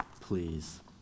please